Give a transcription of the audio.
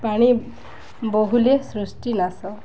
ପାଣି ବହୁଳେ ସୃଷ୍ଟି ନାଶ